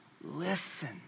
listen